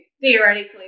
theoretically